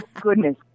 goodness